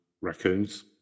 raccoons